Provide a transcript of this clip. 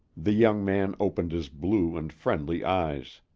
the young man opened his blue and friendly eyes.